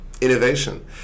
innovation